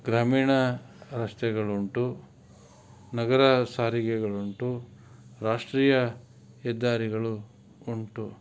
ಗ್ರಾಮೀಣ ರಸ್ತೆಗಳುಂಟು ನಗರ ಸಾರಿಗೆಗಳುಂಟು ರಾಷ್ಟ್ರೀಯ ಹೆದ್ದಾರಿಗಳು ಉಂಟು